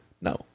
no